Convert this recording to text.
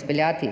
izpeljati.